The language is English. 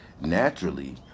naturally